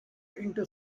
into